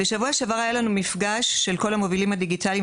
בשבוע שעבר היה לנו מפגש בצפון של כל המובילים הדיגיטליים,